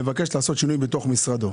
כתוב שהשר מבקש לעשות שינוי בתוך משרדו.